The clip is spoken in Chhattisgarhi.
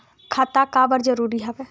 खाता का बर जरूरी हवे?